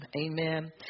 Amen